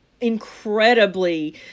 incredibly